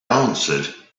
answered